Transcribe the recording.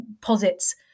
posits